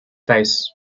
face